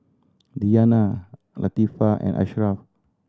Diyana Latifa and Ashraf